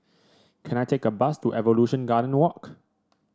can I take a bus to Evolution Garden Walk